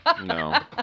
no